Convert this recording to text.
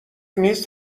نیست